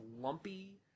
lumpy